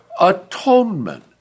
atonement